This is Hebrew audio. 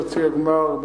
חצי הגמר,